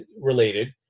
related